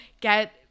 get